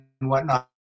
whatnot